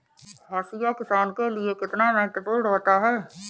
हाशिया किसान के लिए कितना महत्वपूर्ण होता है?